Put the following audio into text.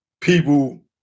people